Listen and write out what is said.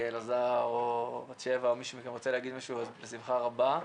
אלעזר או בת שבע, רוצה להגיד משהו, בשמחה רבה.